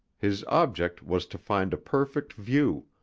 his object was to find a perfect view,